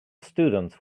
students